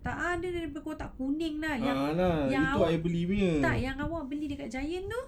tak ah dia punya kotak kuning kan yang yang awak tak yang awak beli daripada giant tu